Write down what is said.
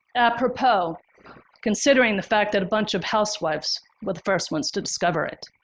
apropos considering the fact that a bunch of housewives were the first ones to discover it.